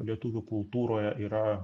lietuvių kultūroje yra